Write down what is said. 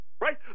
right